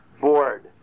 board